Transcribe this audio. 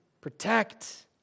protect